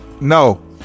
No